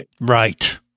Right